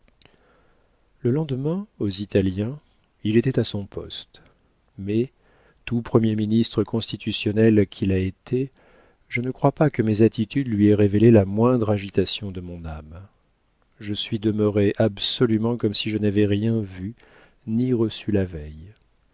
le lendemain aux italiens il était à son poste mais tout premier ministre constitutionnel qu'il a été je ne crois pas que mes attitudes lui aient révélé la moindre agitation de mon âme je suis demeurée absolument comme si je n'avais rien vu ni reçu la veille